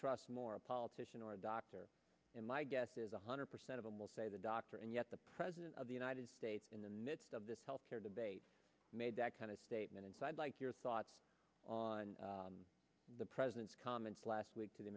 trust more a politician or a doctor and my guess is one hundred percent of them will say the doctor and yet the president of the united states in the midst of this health care debate made that kind of statement it's i'd like your thoughts on the president's comments last week to the